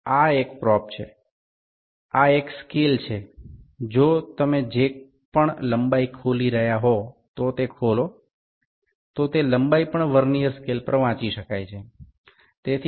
এটি একটি শলা এটি একটি স্কেল আপনি যদি এটি খোলেন যে দৈর্ঘ্য টি খুলবে সেই দৈর্ঘ্য টিও ভার্নিয়ার স্কেল ব্যবহার করে পরিমাপ করা যেতে পারে